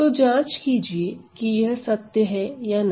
तो जांच कीजिए कि यह सत्य है या नहीं